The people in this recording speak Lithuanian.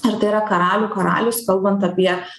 ir tai yra karalių karalius kalbant apie